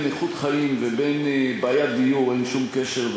איכות חיים ובין בעיית דיור אין שום קשר,